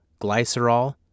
glycerol